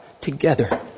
together